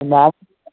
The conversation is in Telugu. ఉందా